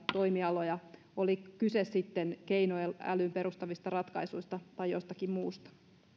toimialoja oli kyse sitten keinoälyyn perustuvista ratkaisuista tai jostakin muusta